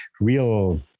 real